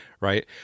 right